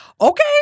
Okay